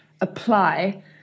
apply